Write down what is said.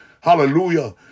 Hallelujah